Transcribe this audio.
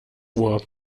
uhr